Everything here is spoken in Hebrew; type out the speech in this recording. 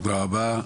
תודה רבה.